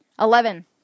Eleven